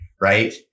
Right